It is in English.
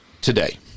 today